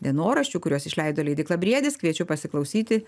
dienoraščių kuriuos išleido leidykla briedis kviečiu pasiklausyti